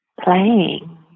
playing